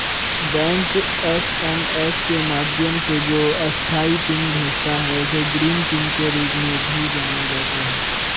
bank SMS के माध्यम से जो अस्थायी पिन भेजता है, उसे ग्रीन पिन के रूप में भी जाना जाता है